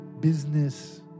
business